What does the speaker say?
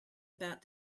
about